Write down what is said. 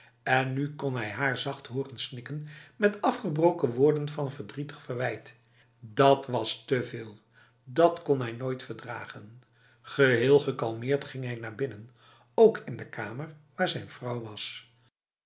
en nu kon hij haar zacht horen snikken met afgebroken woorden van verdrietig verwijt dat was te veel dat kon hij nooit verdragen geheel gekalmeerd ging hij naar binnen ook in de kamer waar zijn vrouw was